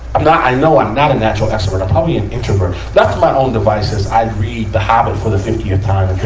and i know i'm not a natural extrovert i'm probably an introvert. left to my own devices, i'd read the hobbit for the fiftieth time.